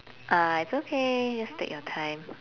uh it's okay just take your time